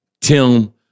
Tim